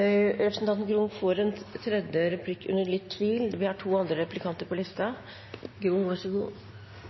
Representanten Grung får en tredje replikk under litt tvil, for vi har to andre replikanter på listen. Grung, vær så god.